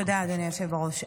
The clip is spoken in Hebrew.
תודה, אדוני היושב בראש.